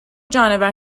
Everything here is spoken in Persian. جانور